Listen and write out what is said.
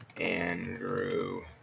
Andrew